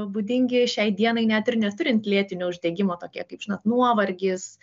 būdingi šiai dienai net ir neturint lėtinio uždegimo tokie kaip žinot nuovargis